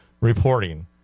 reporting